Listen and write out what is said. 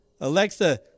Alexa